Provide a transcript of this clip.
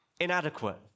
inadequate